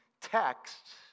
texts